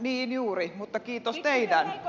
niin juuri mutta kiitos teidän